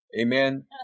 Amen